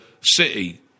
City